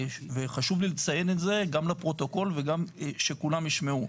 וחשוב לי לציין את זה גם לפרוטוקול וגם שכולם יישמעו,